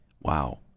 Wow